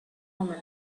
omen